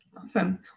Awesome